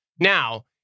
Now